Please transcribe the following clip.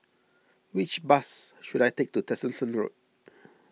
which bus should I take to Tessensohn Road